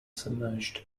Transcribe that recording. submerged